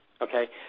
okay